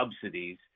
subsidies